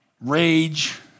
Rage